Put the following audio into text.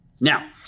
Now